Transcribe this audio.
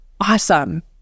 awesome